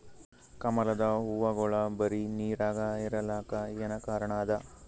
ಕಮಲದ ಹೂವಾಗೋಳ ಬರೀ ನೀರಾಗ ಇರಲಾಕ ಏನ ಕಾರಣ ಅದಾ?